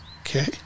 Okay